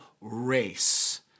race